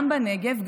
גם בנגב,